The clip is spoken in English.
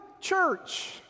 Church